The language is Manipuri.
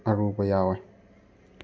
ꯑꯔꯨꯕ ꯌꯥꯎꯋꯦ